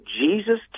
Jesus